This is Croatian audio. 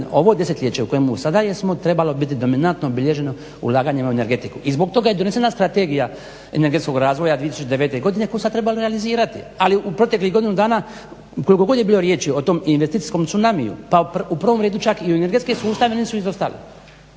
ovo desetljeće u kojemu sada jesmo trebalo biti dominantno obilježeno ulaganjem u energetiku i zbog toga je donesena Strategija energetskog razvoja 2009. koju sad treba realizirati, ali u proteklih godinu dana koliko god je bilo riječi o tom investicijskom tsunamiju, pa u prvom redu čak i o energetskim sustavima, oni su izostali.